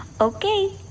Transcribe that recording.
Okay